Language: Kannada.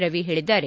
ರವಿ ಹೇಳಿದ್ದಾರೆ